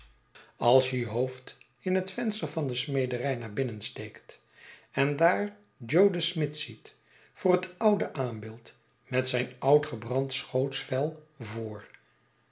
als jeje hoofd in het venster van de smederij naar binnen steekt en daar jo den smid ziet voor het oude aambeeld met zijn oud gebrand schootsvel voor